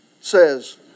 says